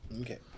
Okay